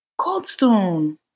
Coldstone